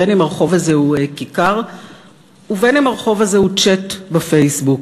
בין שהרחוב הזה הוא כיכר ובין שהרחוב הזה הוא צ'ט בפייסבוק.